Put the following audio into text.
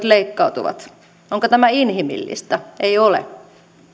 leikkautuvat onko tämä inhimillistä ei ole